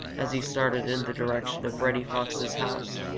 as he started in the direction of reddy fox's house.